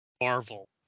marvel